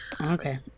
Okay